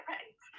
Right